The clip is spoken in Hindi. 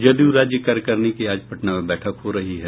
जदयू राज्य कार्यकारिणी की आज पटना में बैठक हो रही है